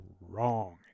wrong